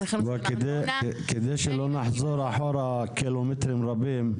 כדי שלא נחזור אחורה קילומטרים רבים,